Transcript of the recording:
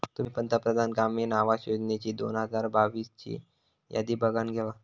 तुम्ही पंतप्रधान ग्रामीण आवास योजनेची दोन हजार बावीस ची यादी बघानं घेवा